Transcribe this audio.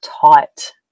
taught